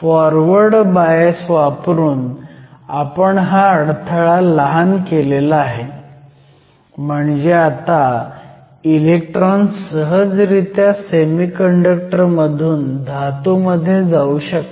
forward bias वापरून आपण हा अडथळा लहान केला आहे म्हणजे आता इलेक्ट्रॉन सहजरित्या सेमीकंडक्टर मधून धातूमध्ये जाऊ शकतात